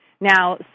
Now